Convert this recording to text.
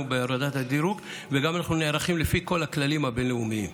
בהורדת הדירוג וגם אנחנו נערכים לפי כל הכללים הבין-לאומיים.